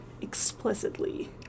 explicitly